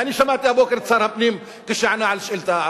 ואני שמעתי הבוקר את שר הפנים כשענה על שאילתא,